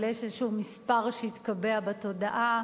אבל יש איזשהו מספר שהתקבע בתודעה,